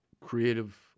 creative